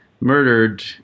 murdered